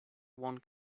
one